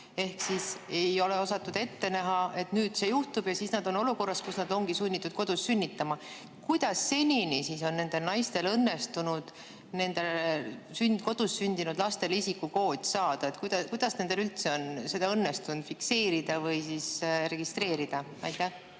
Ehk siis ei ole osatud ette näha, et nüüd see juhtub, ja siis nad on olukorras, kus nad on sunnitud kodus sünnitama. Kuidas senini siis on nendel naistel õnnestunud kodus sündinud lastele isikukood saada? Kuidas nendel üldse on õnnestunud see sünd fikseerida või registreerida? Aitäh,